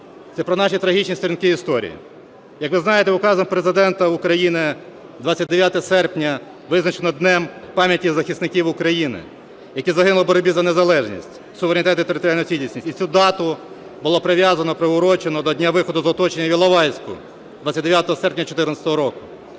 це про наші трагічні сторінки історії. Як ви знаєте, Указом Президента України 29 серпня визначено Днем пам'яті захисників України, які загинули в боротьбі за незалежність, суверенітет і територіальну цілісність. І цю дату було прив'язано і приурочено до дня виходу з оточення в Іловайську 29 серпня 2014 року.